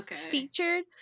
featured